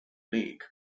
league